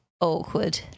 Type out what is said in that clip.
awkward